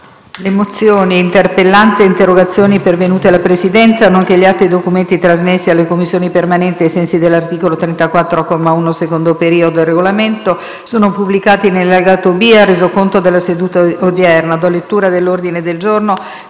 Le mozioni, le interpellanze e le interrogazioni pervenute alla Presidenza, nonché gli atti e i documenti trasmessi alle Commissioni permanenti ai sensi dell'articolo 34, comma 1, secondo periodo, del Regolamento sono pubblicati nell'allegato B al Resoconto della seduta odierna.